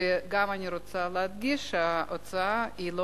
וגם אני רוצה להדגיש שההצעה לא תקציבית.